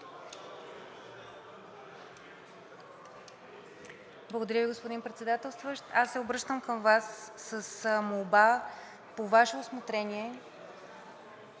Благодаря Ви, господин председателстващ. Аз се обръщам към Вас с молба, по Ваше усмотрение,